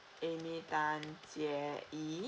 amy tan jie ee